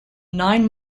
nine